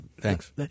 Thanks